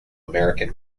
american